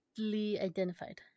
identified